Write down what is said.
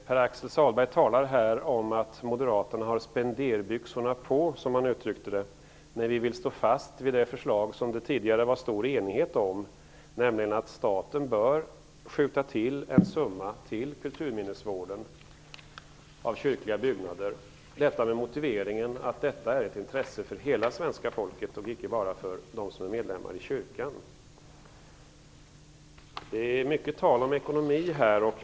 Pär-Axel Sahlberg talar här om att Moderaterna har spenderbyxorna på, som han uttryckte det, när vi vill stå fast vid ett förslag som det tidigare var stor enighet om, nämligen att staten bör tillskjuta en summa till kulturminnesvården av kyrkliga byggnader. Motiveringen är att detta är ett intresse för hela svenska folket och icke bara för dem som är medlemmar i kyrkan. Det är mycket tal om ekonomi här.